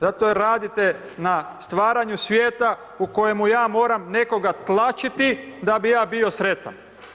Zato jer radite na stvaranju svijeta u kojemu ja moram nekoga tlačiti da bi ja bio sretan.